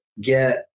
get